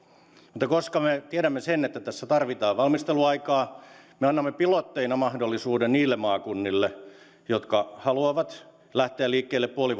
mutta koska me tiedämme sen että tässä tarvitaan valmisteluaikaa me annamme pilotteina mahdollisuuden niille maakunnille jotka haluavat lähteä liikkeelle puoli